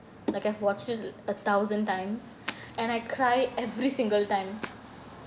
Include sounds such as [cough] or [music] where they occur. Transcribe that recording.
like I've watched it a thousand times [breath] and I cry every single time